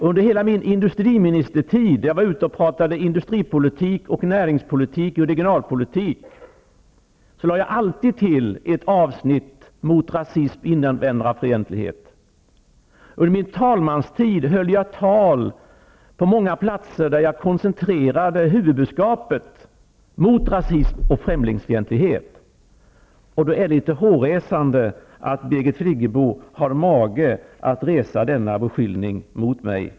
Under hela min tid som industriminister lade jag alltid till ett avsnitt mot rasism och invandrarfientlighet i samband med att jag var ute och talade industripolitik, näringspolitik och regionalpolitik. Under min tid som talman höll jag tal på många platser och koncentrerade huvudbudskapet kring arbetet mot rasism och främlingsfientlighet. Det är då litet hårresande att Birgit Friggebo har mage att rikta denna beskyllning mot mig.